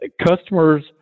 customers